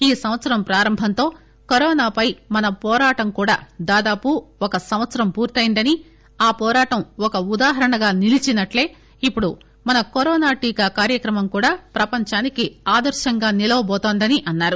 ఈ సంవత్సరం ప్రారంభంతో కరోనాపై మన పోరాటం కూడా దాదాపు ఒక సంవత్సరం పూర్తయిందని ఆ పోరాటం ఒక ఉదాహరణగా నిలిచినట్లే ఇప్పుడు మన కరోనా టీకా కార్యక్రమం కూడా ప్రపంచానికి ఆదర్తంగా నిలవటోతోందని అన్నారు